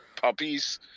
puppies